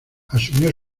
asumió